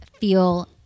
feel